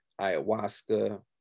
ayahuasca